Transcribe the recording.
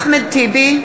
אחמד טיבי,